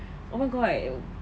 oh my god